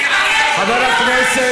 אדוני השר,